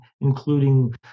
including